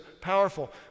powerful